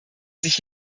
sich